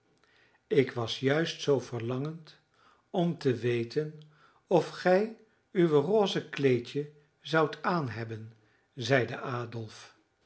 ik was juist zoo verlangend om te weten of gij uw rose kleedje zoudt aan hebben zeide adolf